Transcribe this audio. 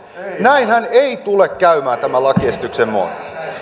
näinhän ei tule käymään tämän lakiesityksen myötä